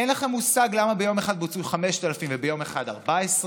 אין לכם מושג למה ביום אחד בוצעו 5,000 וביום אחד 14,000,